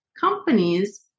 companies